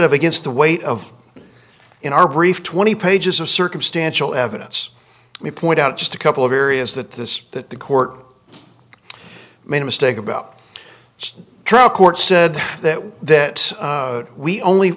of against the weight of in our brief twenty pages of circumstantial evidence we point out just a couple of areas that this that the court made a mistake about the trial court said that that we only